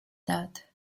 that